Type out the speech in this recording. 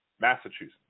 Massachusetts